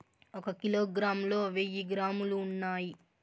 ఒక కిలోగ్రామ్ లో వెయ్యి గ్రాములు ఉన్నాయి